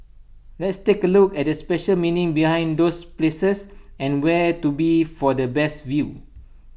let's take A look at the special meaning behind those places and where to be for the best view